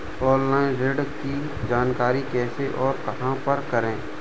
Online ऋण की जानकारी कैसे और कहां पर करें?